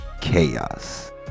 chaos